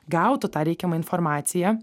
gautų tą reikiamą informaciją